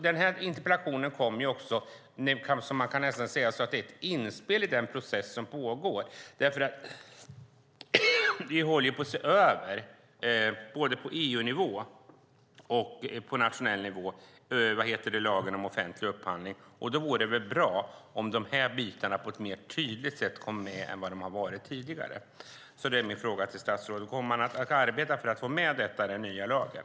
Man kan nästan säga att den här interpellationen är ett inspel i den process som pågår. Vi håller ju på att se över lagen om offentlig upphandling på både EU-nivå och nationell nivå. Då vore det väl bra om de här bitarna kom med på ett mer tydligt sätt än tidigare. Det är min fråga till statsrådet: Kommer man att arbeta för att få med detta i den nya lagen?